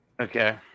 Okay